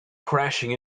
crashing